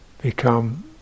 become